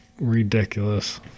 ridiculous